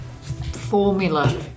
formula